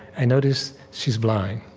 i notice she's blind.